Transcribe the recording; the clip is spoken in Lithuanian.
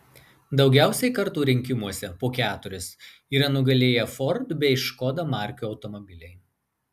daugiausiai kartų rinkimuose po keturis yra nugalėję ford bei škoda markių automobiliai